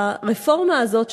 הרפורמה הזאת שתושק,